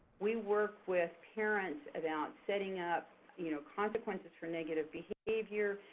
we work with parents about setting up you know consequences for negative behavior,